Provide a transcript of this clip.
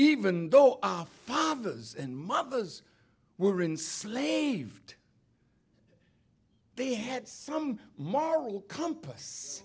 even though our fathers and mothers were in slave they had some more real compass